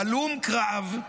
הלום קרב,